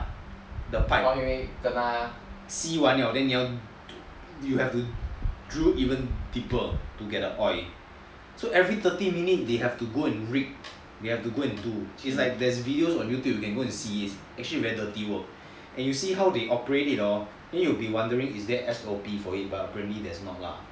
the pipe 吸完了 hor have to drill deeper to get the oil so every thirty minutes they have to go and reek they have to go and do there's like videos on youtube you can go and see is actually very dirty work and you see how they operate it hor you would be wondering is there S_O_P for it but apparently there's not lah